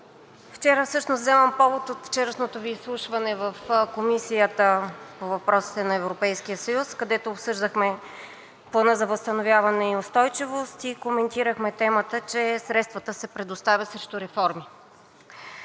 взимам повод от вчерашното Ви изслушване в Комисията по въпросите на Европейския съюз, където обсъждахме Плана за възстановяване и устойчивост и коментирахме темата, че средствата се предоставят срещу реформи.